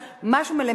משהו בקבלה שלנו,